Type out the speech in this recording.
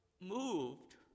moved